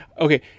Okay